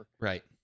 Right